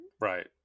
Right